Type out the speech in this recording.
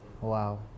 Wow